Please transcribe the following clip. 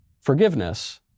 forgiveness